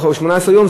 או 18 יום,